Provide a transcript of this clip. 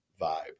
vibe